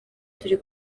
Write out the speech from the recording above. turi